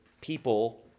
people